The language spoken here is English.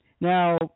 Now